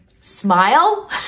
smile